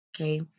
Okay